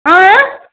اۭں